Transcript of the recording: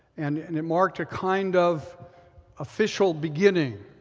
and and it marked a kind of official beginning,